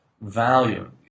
value